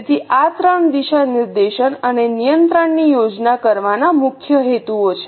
તેથી આ ત્રણ દિશા નિર્દેશન અને નિયંત્રણની યોજના કરવાના મુખ્ય હેતુઓ છે